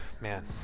man